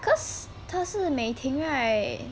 cause 他是 mei ting right